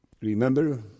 Remember